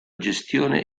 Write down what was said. gestione